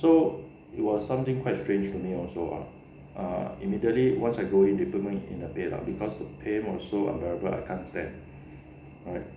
so it was something quite strange for me also lah ah immediately once I go in they put me in the bed lah because the pain is so unbearable I can't stand right